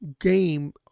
game